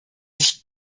sich